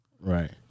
Right